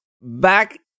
back